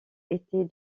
étaient